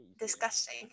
disgusting